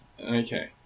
Okay